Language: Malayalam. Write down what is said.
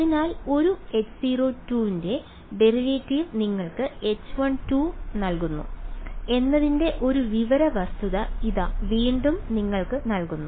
അതിനാൽ ഒരു H0 ന്റെ ഡെറിവേറ്റീവ് നിങ്ങൾക്ക് H1 നൽകുന്നു എന്നതിന്റെ ഒരു വിവര വസ്തുത ഇതാ വീണ്ടും നിങ്ങൾക്ക് നൽകുന്നു